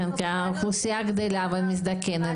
כן, כי האוכלוסייה גדלה ומזדקנת.